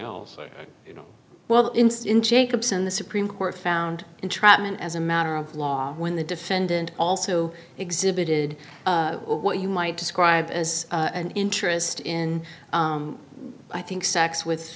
know well instant jacobson the supreme court found entrapment as a matter of law when the defendant also exhibited what you might describe as an interest in i think sex with